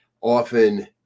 often